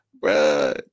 bro